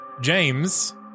James